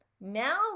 Now